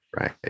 Right